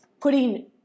putting